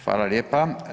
Hvala lijepa.